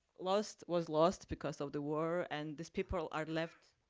lost, was lost because of the war, and these people are left